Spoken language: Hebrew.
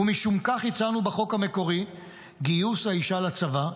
"ומשום כך הצענו בחוק המקורי גיוס האישה לצבא,